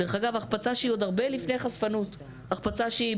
דרך אגב, החפצה שהיא